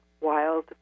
wild